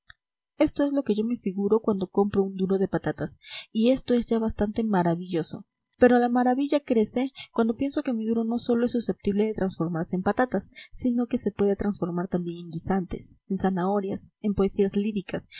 esto es lo que yo me figuro cuando compro un duro de patatas y esto es ya bastante maravilloso pero la maravilla crece cuando pienso que mi duro no sólo es susceptible de transformarse en patatas sino que se puede transformar también en guisantes en zanahorias en poesías líricas